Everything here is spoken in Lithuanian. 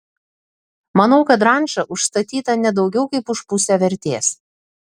manau kad ranča užstatyta ne daugiau kaip už pusę vertės